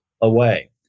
Away